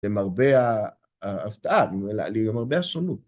‫למרבה ההפתעה, למרבה השונות.